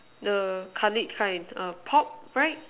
the khalid kind err pop right